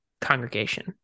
congregation